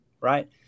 right